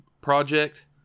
Project